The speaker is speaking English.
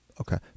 okay